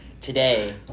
Today